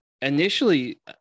Initially